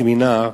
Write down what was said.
בסמינר,